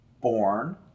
born